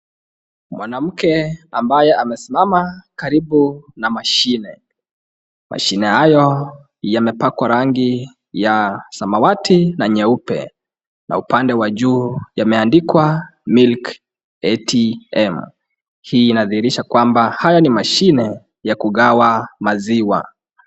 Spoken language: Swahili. Mwanamke ambaye amesimama karibu na mshine. Mashine hayo yamepakwa rangi ya samawati na nyeupe na upande wa juu yameandikwa milk atm . Hii ni kumaanisha kwamba haya ni mashine ya kugawa maziwa.